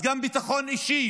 אז גם ביטחון אישי